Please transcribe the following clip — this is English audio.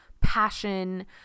passion